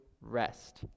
rest